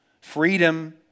freedom